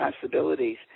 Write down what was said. possibilities